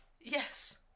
Yes